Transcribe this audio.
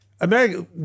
America